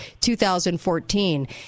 2014